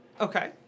Okay